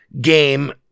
game